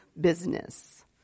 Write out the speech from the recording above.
business